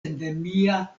endemia